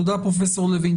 תודה, פרופ' לוין.